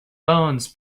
bones